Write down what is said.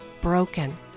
broken